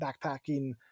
backpacking